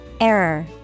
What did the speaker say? Error